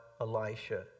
Elisha